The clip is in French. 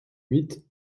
huit